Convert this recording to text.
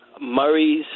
Murray's